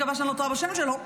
מקווה שאני לא טועה בשם שלו,